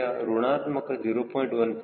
15 ಆಗಿರುತ್ತದೆ ಅಂದರೆ ಇದರ ಮೌಲ್ಯವು 0